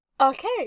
Okay